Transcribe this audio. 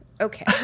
Okay